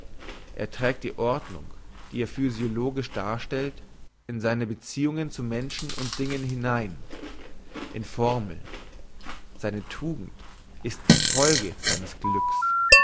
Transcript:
er trägt die ordnung die er physiologisch darstellt in seine beziehungen zu menschen und dingen hinein in formel seine tugend ist die folge seines glücks